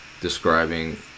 describing